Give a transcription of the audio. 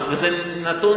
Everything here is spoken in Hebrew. וזה נתון,